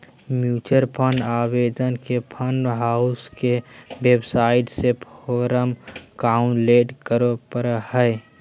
mutual fund आवेदन ले fund house के वेबसाइट से फोरम डाऊनलोड करें परो हय